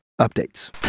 updates